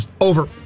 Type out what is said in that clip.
Over